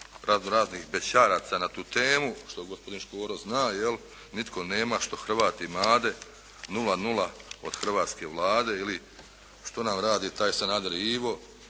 razno-raznih bećaraca na tu temu što gospodin Škoro zna jel', "Nitko nema što Hrvat imade, 0,0 od hrvatske Vlade" ili ""Što nam radi taj Sanader Ivo,